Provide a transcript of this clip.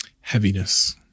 Heaviness